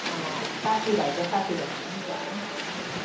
साथीभाइ त साथीभाइकोमा जाने